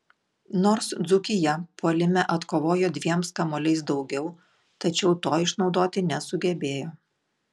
nors dzūkija puolime atkovojo dviems kamuoliais daugiau tačiau to išnaudoti nesugebėjo